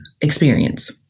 experience